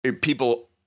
people